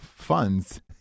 Funds